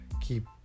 keep